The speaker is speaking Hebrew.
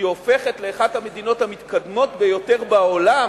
היא הופכת לאחת המדינות המתקדמות ביותר בעולם,